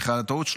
סליחה על הטעות,